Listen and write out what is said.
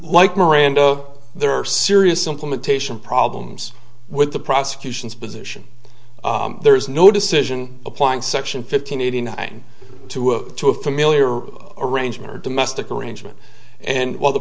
like miranda there are serious implementation problems with the prosecution's position there is no decision applying section fifteen eighty nine to two a familiar arrangement or domestic arrangement and while the